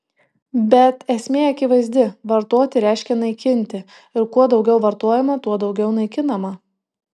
bet esmė akivaizdi vartoti reiškia naikinti ir kuo daugiau vartojama tuo daugiau naikinama